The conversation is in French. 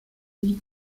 avis